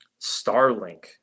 Starlink